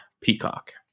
Peacock